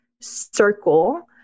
circle